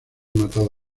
matado